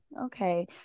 okay